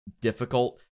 difficult